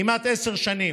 כמעט עשר שנים,